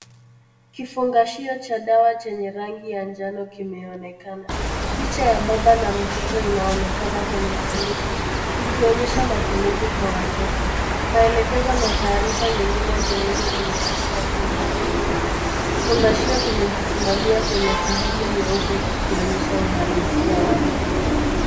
Kifungashio cha dawa chenye rangi ya njano kimeonekana. Picha ya baba na mtoto inaonekana kwenye sanduku, ikionyesha matumizi ya watoto. Maelekezo na taarifa nyingine muhimu yameandikwa kando ya sanduku. Kifungashio kimesimama juu ya sehemu nyeupe kikionyesha uhalisia wake.